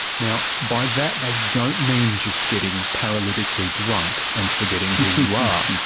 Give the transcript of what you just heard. now, by that they don't mean just getting paralytically drunk and forgetting who you are.